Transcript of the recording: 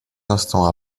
instants